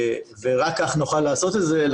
ורק כך נוכל לעשות את זה,